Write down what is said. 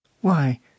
Why